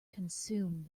consume